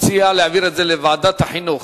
הציע להעביר את זה לוועדת החינוך.